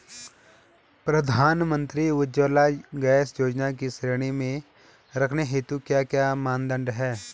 प्रधानमंत्री उज्जवला गैस योजना की श्रेणी में रखने हेतु क्या क्या मानदंड है?